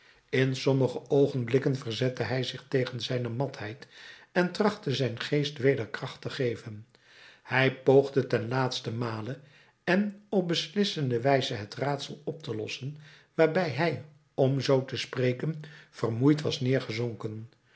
in sommige oogenblikken verzette hij zich tegen zijne matheid en trachtte zijn geest weder kracht te geven hij poogde ten laatsten male en op beslissende wijze het raadsel op te lossen waarbij hij om zoo te spreken vermoeid was neergezonken